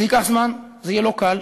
זה ייקח זמן, זה יהיה לא קל.